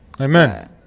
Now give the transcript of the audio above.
Amen